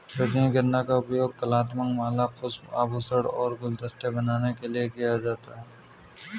रजनीगंधा का उपयोग कलात्मक माला, पुष्प, आभूषण और गुलदस्ते बनाने के लिए किया जाता है